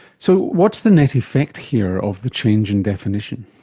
so what's the net effect here of the change in definition?